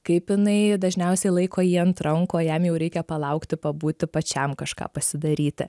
kaip jinai dažniausiai laiko jį ant rankų o jam jau reikia palaukti pabūti pačiam kažką pasidaryti